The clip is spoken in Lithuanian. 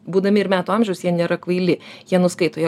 būdami ir metų amžiaus jie nėra kvaili jie nuskaito jie